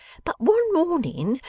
but one morning,